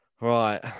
right